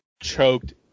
choked